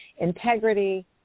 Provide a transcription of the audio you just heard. Integrity